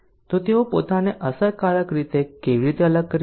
તો તેઓ પોતાને અસરકારક રીતે કેવી રીતે અલગ કરી શકે